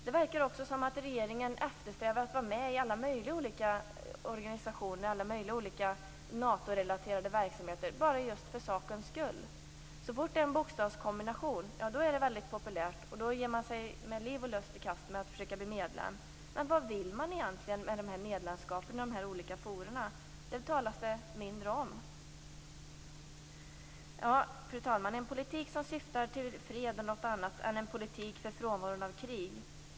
Det verkar som att regeringen eftersträvar att vara med i alla möjliga olika organisationer, olika Natorelaterade verksamheter just för sakens skull. Så fort det är en bokstavskombination är det väldigt populärt, och man ger sig med liv och lust i kast med att försöka bli medlem. Vad vill man egentligen med de olika medlemskapen och forumen? Det talas det mindre om. Fru talman! En politik som syftar till fred är något annat än en politik för frånvaron av krig.